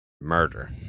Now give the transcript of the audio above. murder